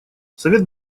совет